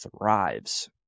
thrives